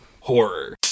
Horror